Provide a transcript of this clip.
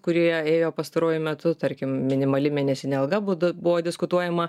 kurie ėjo pastaruoju metu tarkim minimali mėnesinė alga būdu buvo diskutuojama